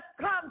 come